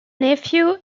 nephew